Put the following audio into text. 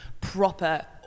proper